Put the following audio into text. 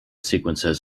sequences